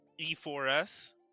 e4s